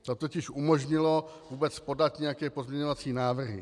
To totiž umožnilo vůbec podat nějaké pozměňovací návrhy.